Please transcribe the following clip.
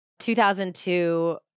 2002